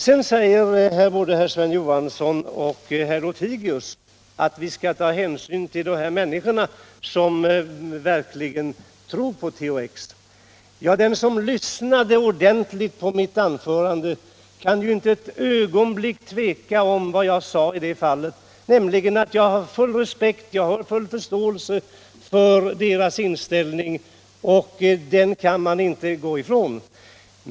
Sedan sade både herr Johansson i Skärstad och herr Lothigius att vi skall ta hänsyn till de människor som det här gäller och som verkligen tror på THX. Den som lyssnade uppmärksamt på mitt tidigare anförande kan emellertid inte ett ögonblick tveka om vad jag i det fallet sade, nämligen att jag har full förståelse för de människornas inställning. Den kan man inte gå ifrån.